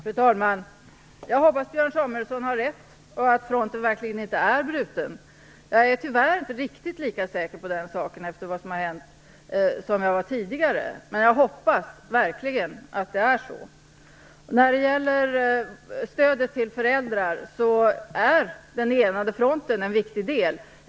Fru talman! Jag hoppas att Björn Samuelson har rätt och att fronten verkligen inte är bruten. Jag är tyvärr inte riktigt lika säker på den saken som jag var tidigare efter vad som har hänt. Men jag hoppas verkligen att det är så. Den enade fronten är en viktig del när det gäller stödet till föräldrarna.